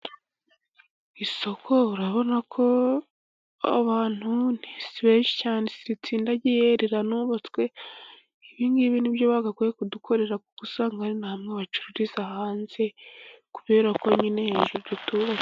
Isoko urabona ko abantu si benshi cyane, ntiritsindagiye riranubatswe ibi ngibi nibyo bagakwiye kudukorera, kuko usanga ari na bamwe bacururiza hanze, kubera ko nyine hejuru tutubatse.